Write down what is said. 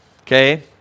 okay